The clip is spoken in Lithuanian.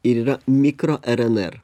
ir yra mikro rnr